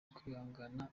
kwihangana